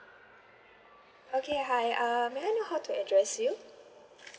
okay hi uh may I know how to address you